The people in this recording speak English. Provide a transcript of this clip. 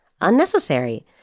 unnecessary